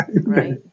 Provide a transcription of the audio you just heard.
Right